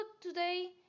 today